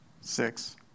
six